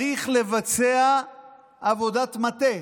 צריך לבצע עבודת מטה.